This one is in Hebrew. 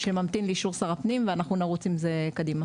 שממתין לאישור שר הפנים ואנחנו נרוץ עם זה קדימה.